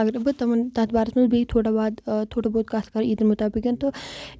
اَگر نہٕ بہٕ تِمن تَتھ بارَس منٛز بیٚیہِ تھوڑا ونہٕ تھوڑا بہت کَتھ کرٕ عیدن مُطٲبِق تہٕ